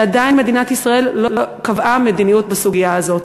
שעדיין מדינת ישראל לא קבעה מדיניות בסוגיה הזאת.